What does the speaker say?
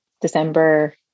December